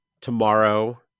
tomorrow